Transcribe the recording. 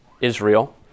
Israel